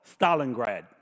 Stalingrad